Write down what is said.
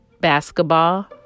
basketball